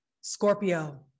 Scorpio